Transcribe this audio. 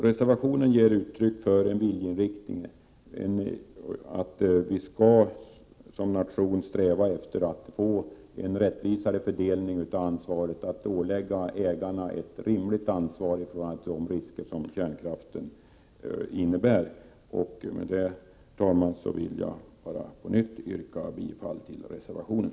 Reservationen ger uttryck för en viljeinriktning att Sverige som nation skall sträva efter att få en rättvisare fördelning av ansvaret, att vi skall ålägga ägarna ett rimligt ansvar i förhållande till de risker som kärnkraften innebär. Med detta, herr talman, vill jag på nytt yrka bifall till reservationen.